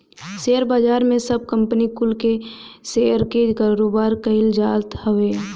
share बाजार में सब कंपनी कुल के शेयर के कारोबार कईल जात हवे